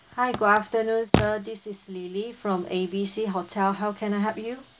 hi good afternoon sir this is lily from A B C hotel how can I help you